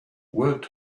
worked